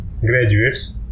graduates